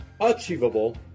achievable